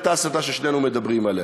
אותה הסתה ששנינו מדברים עליה.